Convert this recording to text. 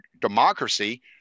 Democracy